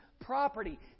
property